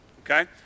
okay